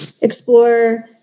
explore